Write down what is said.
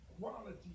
quality